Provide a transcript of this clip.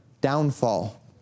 downfall